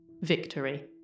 Victory